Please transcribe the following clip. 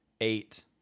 eight